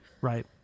Right